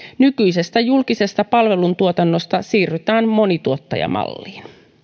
nykyisestä julkisesta palveluntuotannosta siirrytään monituottajamalliin